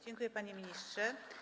Dziękuję, panie ministrze.